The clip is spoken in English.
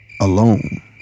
Alone